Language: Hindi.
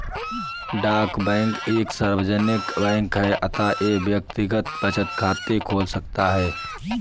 डाक बैंक एक सार्वजनिक बैंक है अतः यह व्यक्तिगत बचत खाते खोल सकता है